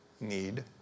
need